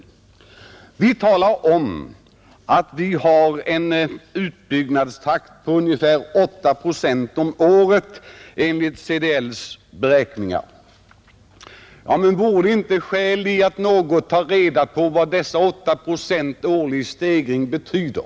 Enligt CDLs beräkningar har vi för närvarande en utbyggnadstakt på ungefär 8 procent om året, säger man, men vore det inte skäl i att då ta reda på vad dessa 8 procent i årlig stegring betyder?